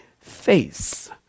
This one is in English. face